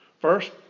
First